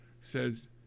says